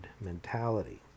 mentality